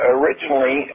originally